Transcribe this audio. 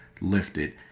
lifted